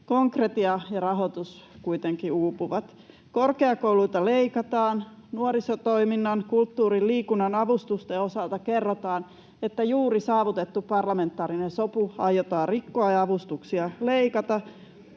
Konkretia ja rahoitus kuitenkin uupuvat. Korkeakouluilta leikataan. Nuorisotoiminnan, kulttuurin, liikunnan avustusten osalta kerrotaan, että juuri saavutettu parlamentaarinen sopu aiotaan rikkoa ja avustuksia leikata.